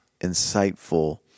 insightful